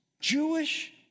Jewish